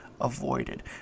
avoided